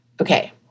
Okay